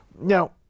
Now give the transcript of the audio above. now